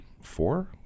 four